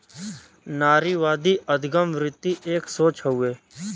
नारीवादी अदगम वृत्ति एक सोच हउए